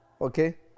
Okay